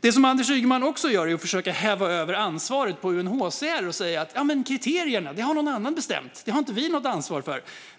Det som Anders Ygeman också gör är att försöka häva över ansvaret på UNHCR och säga: Kriterierna har någon annan bestämt. Det har inte vi något ansvar för.